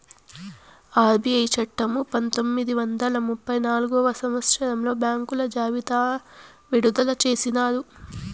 RBI చట్టము పంతొమ్మిది వందల ముప్పై నాల్గవ సంవచ్చరంలో బ్యాంకుల జాబితా విడుదల చేసినారు